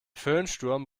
föhnsturm